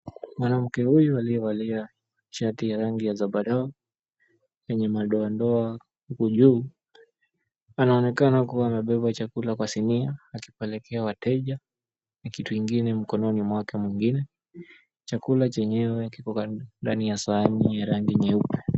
Mwanamke huyu aliyevalia shati ya rangi ya zambarau yenye madoadoa, huku juu anaonekana kua amebeba chakula kwa sinia, akipelekea wateja na kitu ingine mkononi mwake mwingine, chakula chenyewe kiko ndani ya sahani ya rangi nyeupe.